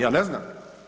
Ja ne znam.